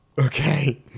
okay